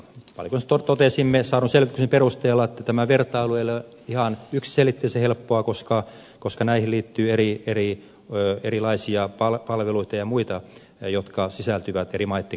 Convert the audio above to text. valiokunnassa totesimme saadun selvityksen perusteella että tämä vertailu ei ole ihan yksiselitteisen helppoa koska näihin liittyy erilaisia palveluita ja muuta sellaista joka sisältyy eri maitten käytäntöihin